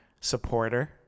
supporter